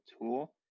tool